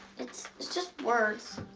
it's just words.